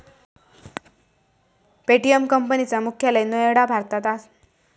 Paytm company चा मुख्यालय नोएडा भारतात हा